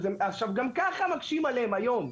גם ככה מקשים עליהם היום.